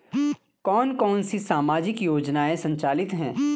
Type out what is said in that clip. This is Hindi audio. कौन कौनसी सामाजिक योजनाएँ संचालित है?